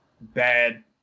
bad